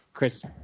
Chris